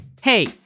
Hey